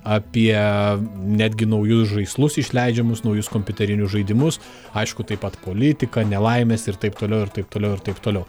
apie netgi naujus žaislus išleidžiamus naujus kompiuterinius žaidimus aišku taip pat politiką nelaimes ir taip toliau ir taip toliau ir taip toliau